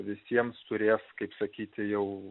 visiems turės kaip sakyti jau